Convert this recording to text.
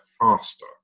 faster